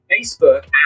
Facebook